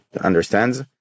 understands